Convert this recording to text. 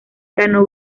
ganó